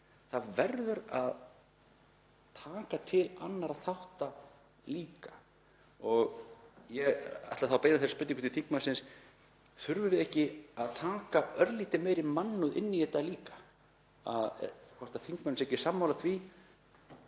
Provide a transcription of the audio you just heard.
Það verður að taka til annarra þátta líka. Ég ætla að beina þessari spurningu til þingmannsins: Þurfum við ekki að taka örlítið meiri mannúð inn í þetta líka? Er hv. þingmaður ekki sammála því